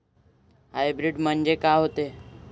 Hybrid म्हनजे का होते?